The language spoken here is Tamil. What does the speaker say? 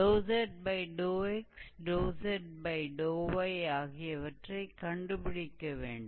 zxzy ஆகியவற்றைக் கண்டுபிடிக்க வேண்டும்